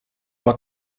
uma